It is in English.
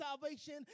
salvation